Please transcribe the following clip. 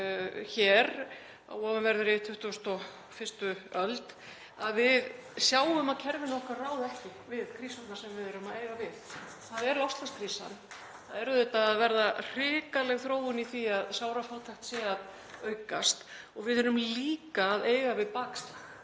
þar á ofanverðri 21. öld að við sjáum að kerfin okkar ráða ekki við krísurnar sem við erum að eiga við. Það er loftslagskrísan og það er auðvitað að verða hrikaleg þróun í því að sárafátækt er að aukast og við erum líka að eiga við bakslag